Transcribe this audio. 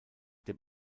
dem